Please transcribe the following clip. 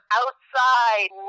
outside